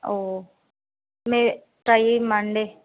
ఓ మి ట్రై మండే